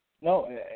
No